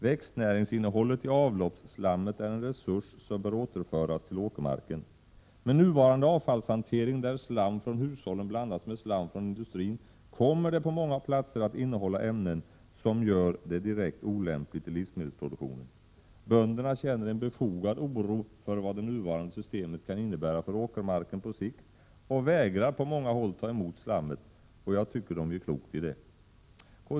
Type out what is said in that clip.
Växtnäringsinnehållet i avloppsslammet är en resurs som bör återföras till åkermarken. Med nuvarande avfallshantering, där slam från hushållen blandas med slam från industrin, kommer det på många platser att innehålla ämnen som gör det direkt olämpligt i livsmedelsproduktionen. Bönderna känner en befogad oro för vad det nuvarande systemet kan innebära för åkermarken på sikt och vägrar på många håll ta emot slammet. Jag tycker de gör klokt i detta.